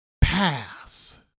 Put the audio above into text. pass